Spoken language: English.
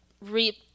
reap